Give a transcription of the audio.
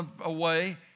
away